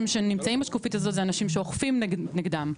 שנמצאים בשקופית הזאת אלו אנשים שאוכפים נגדם,